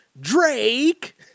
Drake